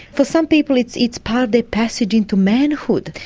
for some people it's it's part of their passage into manhood.